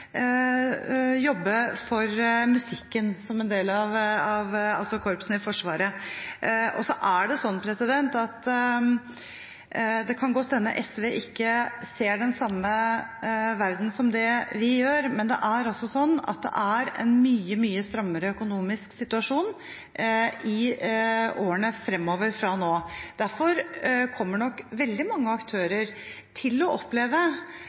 jobbe for musikken, altså for korpsene i Forsvaret. Det kan godt hende SV ikke ser den samme verdenen som vi gjør, men det er altså sånn at det vil være en mye strammere økonomisk situasjon i årene fremover. Derfor kommer nok veldig mange aktører til å oppleve